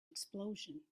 explosion